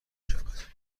شود